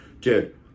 dude